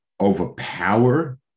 overpower